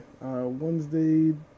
Wednesday